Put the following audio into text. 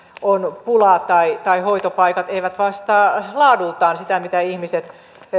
on pulaa tai tai hoitopaikat eivät vastaa laadultaan sitä mitä ihmiset